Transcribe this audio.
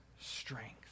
strength